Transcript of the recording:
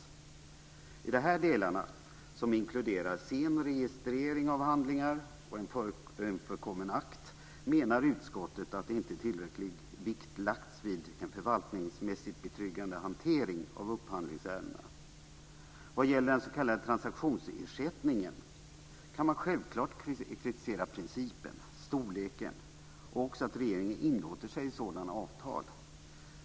I de här delarna, som inkluderar sen registrering av handlingar och en förkommen akt, menar utskottet att inte tillräcklig vikt lagts vid en förvaltningsmässigt betryggande hantering av upphandlingsärendena. Vad gäller den s.k. transaktionsersättningen kan man självklart kritisera principen och storleken liksom att regeringen inlåter sig på sådana avtal.